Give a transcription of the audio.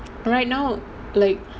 right now like